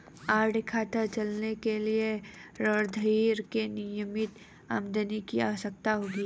RD खाता चलाने के लिए रणधीर को नियमित आमदनी की आवश्यकता होगी